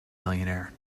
millionaire